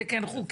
זה כן חוקי,